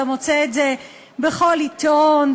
אתה מוצא את זה בכל עיתון,